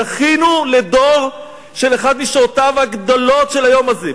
זכינו לדור של אחת משעותיו הגדולות של היום הזה.